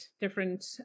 different